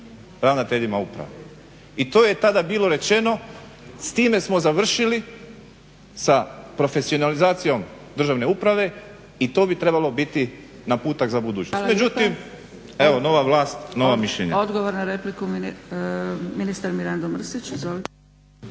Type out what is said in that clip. ravnateljima uprave. I to je tada bilo rečeno, s time smo završili sa profesionalizacijom državne uprave i to bi trebalo biti naputak za ubuduće. **Zgrebec, Dragica (SDP)** Hvala